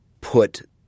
put